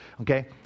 Okay